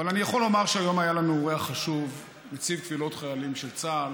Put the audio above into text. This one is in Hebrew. אבל אני יכול לומר שהיום היה לנו אורח חשוב: נציב קבילות חיילים של צה"ל